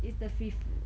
is the free food